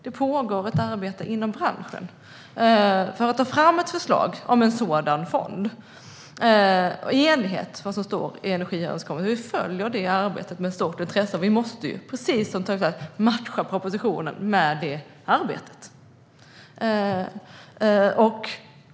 Det pågår ett arbete inom branschen för att ta fram ett förslag om en sådan fond i enlighet med vad som står i energiöverenskommelsen. Vi följer det arbetet med stort intresse, och vi måste ju, precis som ni sagt, matcha propositionen med det arbetet.